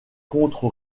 contre